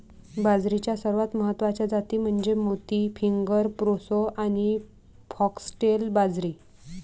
बाजरीच्या सर्वात महत्वाच्या जाती म्हणजे मोती, फिंगर, प्रोसो आणि फॉक्सटेल बाजरी